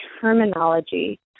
terminology